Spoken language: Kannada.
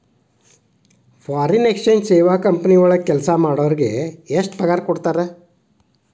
ಫಾರಿನ್ ಎಕ್ಸಚೆಂಜ್ ಸೇವಾ ಕಂಪನಿ ವಳಗ್ ಕೆಲ್ಸಾ ಮಾಡೊರಿಗೆ ಎಷ್ಟ್ ಪಗಾರಾ ಕೊಡ್ತಾರ?